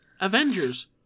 Avengers